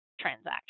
transaction